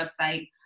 website